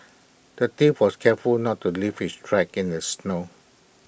the thief was careful not to leave his tracks in the snow